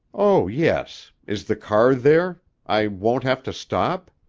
oh, yes. is the car there? i won't have to stop?